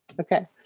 Okay